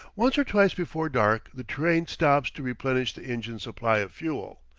once or twice before dark the train stops to replenish the engine's supply of fuel.